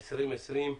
התש"ף-2020,